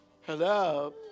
Hello